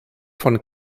von